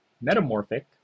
metamorphic